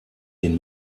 den